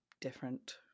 different